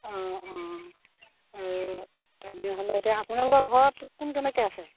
অঁ অঁ আৰু তেনেহ'লে এতিয়া আপোনালোকৰ ঘৰত কোন কেনেকৈ আছে